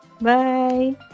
Bye